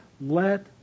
Let